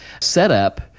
setup